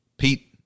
Pete